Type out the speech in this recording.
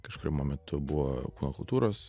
kažkuriuo mometu buvo kūno kultūros